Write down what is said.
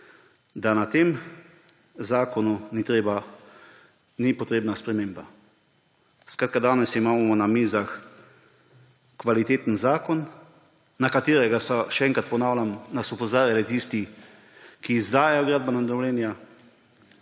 da na tem zakonu ni potrebna sprememba. Skratka, danes imamo na mizah kvaliteten zakon, na katerega so nas, še enkrat ponavljam, opozarjali tisti, ki izdajajo gradbena dovoljenja.